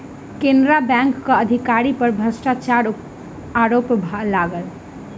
केनरा बैंकक अधिकारी पर भ्रष्टाचारक आरोप लागल